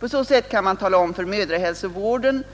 På så sätt kan man tala om för mödrahälsovården,